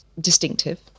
distinctive